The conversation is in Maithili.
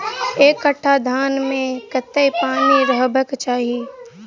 एक कट्ठा धान मे कत्ते पानि रहबाक चाहि?